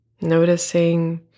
Noticing